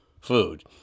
food